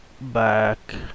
back